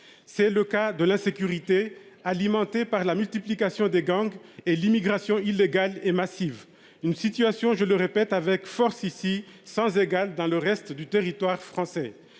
C'est le cas de l'insécurité alimentée par la multiplication des gangs et l'immigration illégale et massive. Une situation, je le répète avec force ici sans égal dans le reste du territoire français.